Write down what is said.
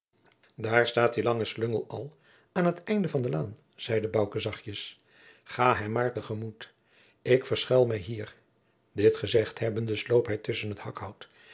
daar staat die lange slungel al aan t einde van de laan zeide bouke zachtjens ga hem maar te gemoet ik verschuil mij hier dit gezegd jacob van lennep de pleegzoon hebbende sloop hij tusschen het hakhout